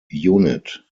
unit